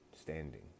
standing